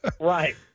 right